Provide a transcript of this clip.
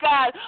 God